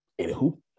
anywho